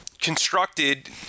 constructed